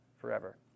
forever